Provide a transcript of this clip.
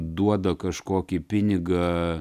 duoda kažkokį pinigą